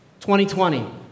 2020